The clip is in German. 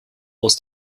aus